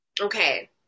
Okay